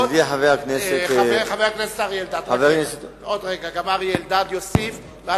חבר הכנסת אריה אלדד יוסיף גם הוא,